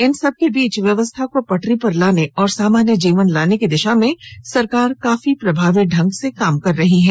इन सबके बीच व्यवस्था को पटरी पर लाने और सामान्य जीवन लाने की दिशा में सरकार काफी प्रभावी ढंग से काम कर रही हैं